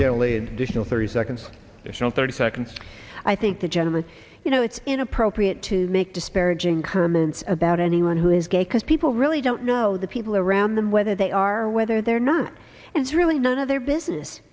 militarily additional thirty seconds thirty seconds i think the gentleman you know it's inappropriate to make disparaging comments about anyone who is gay cause people really don't know the people around them whether they are or whether they're not it's really none of their business